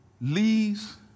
leaves